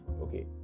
okay